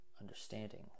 understanding